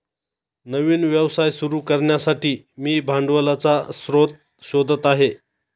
नवीन व्यवसाय सुरू करण्यासाठी मी भांडवलाचा स्रोत शोधत आहे